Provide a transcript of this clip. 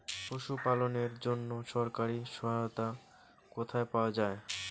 পশু পালনের জন্য সরকারি সহায়তা কোথায় পাওয়া যায়?